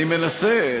אני מנסה,